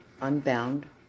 Unbound